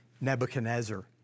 Nebuchadnezzar